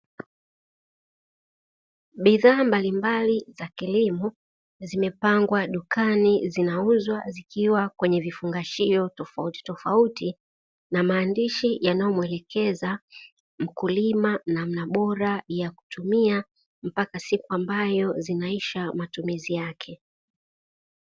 Bidhaa mbalimbali za kilimo zimepangwa dukani zinauzwa zikiwa kwenye vifungashio tofautitofauti, na maandishi yanayomuelekeza mkulima namna bora ya kutumia mpaka siku ambayo zinisha matumizi yake.